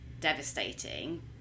devastating